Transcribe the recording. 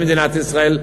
במדינת ישראל,